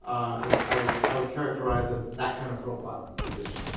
i would i would characterize as that kind of profile position.